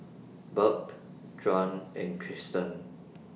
Burk Juan and Tristen